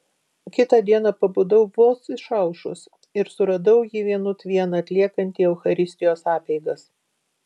kitą dieną pabudau vos išaušus ir suradau jį vienut vieną atliekantį eucharistijos apeigas